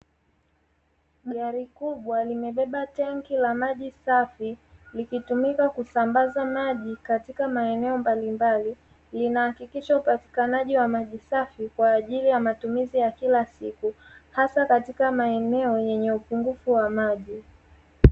Gari kubwa limebeba tenki la maji safi, likitumika kusambaza maji katika maeneo mbalimbali. Linahakikisha upatikanaji wa maji safi kwa ajili ya matumizi ya kila siku hasa katika sehemu zenye upungufu wa maji.